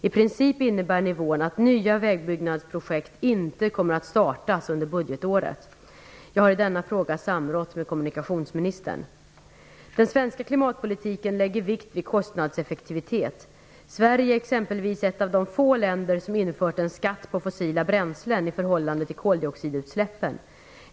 I princip innebär nivån att nya vägbyggnadsprojekt inte kommer att startas under budgetåret. Jag har i denna fråga samrått med kommunikationsministern. Den svenska klimatpolitiken lägger vikt vid kostnadseffektivitet. Sverige är exempelvis ett av de få länder som infört en skatt på fossila bränslen i förhållande till koldioxidutsläppen.